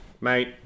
Mate